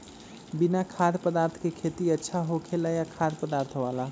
बिना खाद्य पदार्थ के खेती अच्छा होखेला या खाद्य पदार्थ वाला?